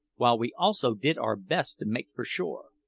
while we also did our best to make for shore.